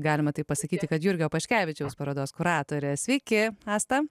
galima taip pasakyti kad jurgio paškevičiaus parodos kuratorė sveiki asta